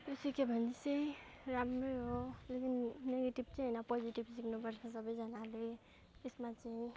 यो सिक्यो भने चाहिँ राम्रै हो लेकिन निगेटिभ होइन पोजिटिभ सिक्नुपर्छ सबैजनाले यसमा चाहिँ